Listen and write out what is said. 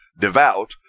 devout